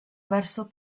verso